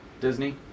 Disney